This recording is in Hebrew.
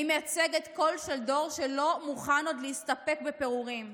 אני מייצגת קול של דור שלא מוכן עוד להסתפק בפירורים,